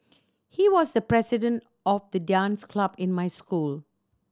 he was the president of the dance club in my school